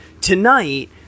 tonight